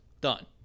done